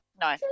No